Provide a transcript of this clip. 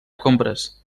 compres